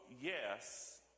yes